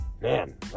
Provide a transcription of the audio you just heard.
man